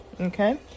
Okay